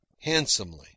handsomely